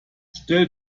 stell